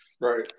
right